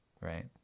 right